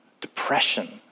depression